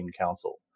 Council